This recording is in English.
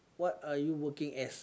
what are you working as